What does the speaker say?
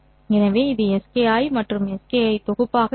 எனவே இது Ski மற்றும் Ski தொகுப்பாக இருக்கும்